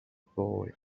boy